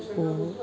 ओहो